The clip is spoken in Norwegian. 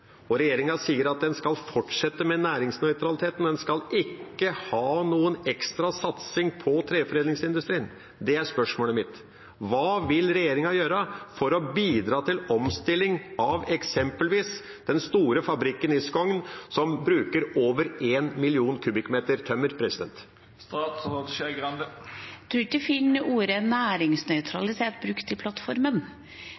investeringskostnader. Regjeringa sier at en skal fortsette med næringsnøytralitet, men en skal ikke ha noen ekstra satsing på treforedlingsindustrien. Dette er spørsmålet mitt: Hva vil regjeringa gjøre for å bidra til omstilling av eksempelvis den store fabrikken i Skogn, som bruker over 1 mill. m 3 tømmer? Jeg tror ikke en finner ordet